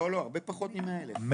לא, לא, הרבה פחות מ-100 אלף.